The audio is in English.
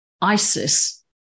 ISIS